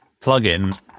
plugin